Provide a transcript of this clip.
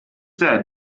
said